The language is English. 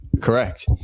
Correct